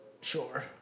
Sure